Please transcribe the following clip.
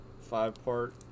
five-part